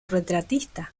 retratista